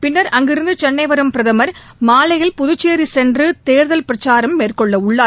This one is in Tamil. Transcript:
பின்னர் அங்கிருந்து சென்னை வரும் பிரதமர் மாலையில் புதுச்சேரி சென்று தேர்தல் பிரச்சாரம் மேற்கொள்ள உள்ளார்